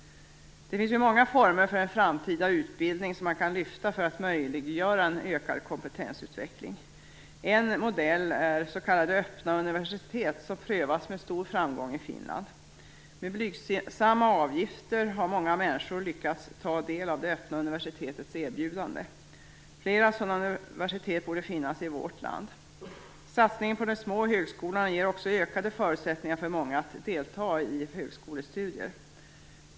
Det finns många former för en framtida utbildning som man kan lyfta fram för att möjliggöra en ökad kompetensutveckling. En modell är s.k. öppna universitet, som prövas med stor framgång i Finland. Med blygsamma avgifter har många människor lyckats ta del av det öppna universitetets erbjudanden. Flera sådana universitet borde finnas i vårt land. Satsningen på de små högskolorna ger också ökade förutsättningar för många att delta i högskolestudier.